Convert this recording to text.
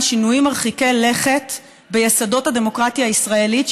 שינויים מרחיקי לכת ביסודות הדמוקרטיה הישראלית,